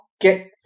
get